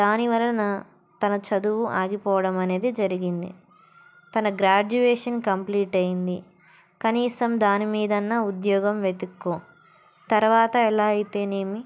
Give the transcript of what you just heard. దానివలన తన చదువు ఆగిపోవడం అనేది జరిగింది తన గ్రాడ్యుయేషన్ కంప్లీట్ అయింది కనీసం దాని మీదన్నా ఉద్యోగం వెతుక్కో తర్వాత ఎలా అయితేనేమి